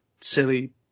silly